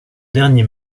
dernier